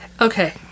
Okay